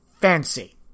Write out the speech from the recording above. fancy